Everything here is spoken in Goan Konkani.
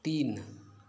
तीन